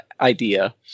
idea